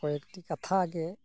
ᱠᱚᱭᱮᱠᱴᱤ ᱠᱟᱛᱷᱟᱜᱮ